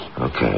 Okay